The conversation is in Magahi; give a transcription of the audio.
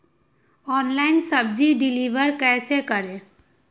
ऑनलाइन सब्जी डिलीवर कैसे करें?